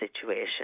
situation